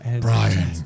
Brian